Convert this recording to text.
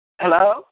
Hello